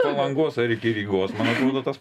palangos ar iki rygos man atrodo tas